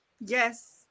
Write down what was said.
Yes